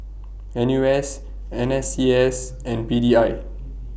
N U S N S C S and P D I